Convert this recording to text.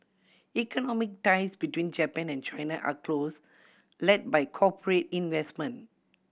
economic ties between Japan and China are close led by corporate investment